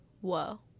Whoa